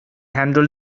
handle